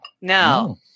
No